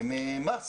הן MUST